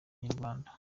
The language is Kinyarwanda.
inyarwanda